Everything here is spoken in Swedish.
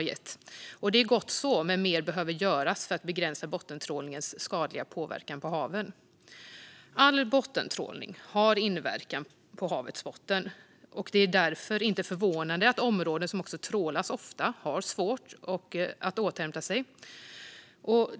Det är gott så, men mer behöver göras för att begränsa bottentrålningens skadliga påverkan på haven. All bottentrålning har inverkan på havets botten. Det är därför inte förvånande att områden som trålas ofta har svårt att återhämta sig.